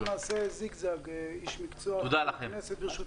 אנחנו נעשה זיגזג, איש מקצוע, חבר כנסת.